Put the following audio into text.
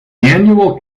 annual